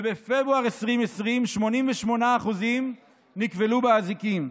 ובפברואר 2020 88% נכבלו באזיקים.